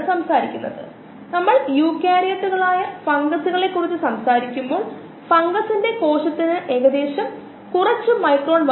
അതിനാൽ നമ്മൾ വിലയേറിയ അസംസ്കൃത വസ്തുക്കൾ വിലയേറിയ സബ്സ്ട്രേറ്റ് ഉപയോഗിച്ച് ആരംഭിക്കുകയാണെങ്കിൽ ഉൽപ്പന്നം കൂടുതൽ ചെലവേറിയതായി മാറുന്നു